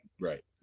Right